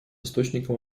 источником